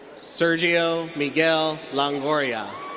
sergio miguel longoria.